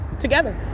together